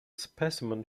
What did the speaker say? specimen